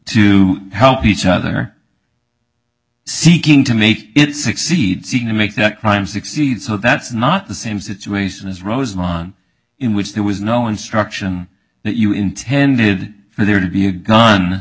to help each other seeking to make it succeed seeking to make that crime succeed so that's not the same situation as rosemont in which there was no instruction that you intended for there to be a gun